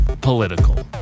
political